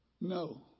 No